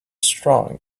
strong